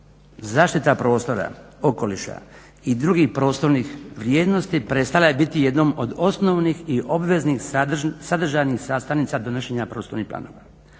zaštita prostora okoliša i drugih prostornih vrijednosti prestala je biti jednom od osnovnih i obveznih sadržajnih sastavnica donošenja prostornih planova.